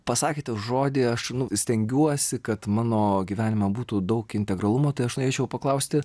pasakėte žodį aš stengiuosi kad mano gyvenime būtų daug integralumo tai aš norėčiau paklausti